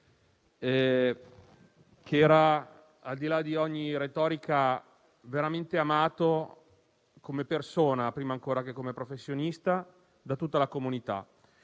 e, al di là di ogni retorica, era veramente amato come persona, prima ancora che come professionista, da tutta la comunità.